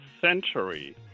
century